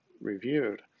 reviewed